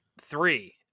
three